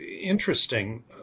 interesting